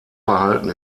verhalten